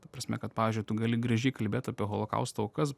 ta prasme kad pavyzdžiui tu gali gražiai kalbėt apie holokausto aukas